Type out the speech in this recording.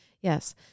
Yes